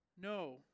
No